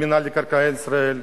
גם הרפורמה במינהל מקרקעי ישראל.